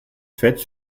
faites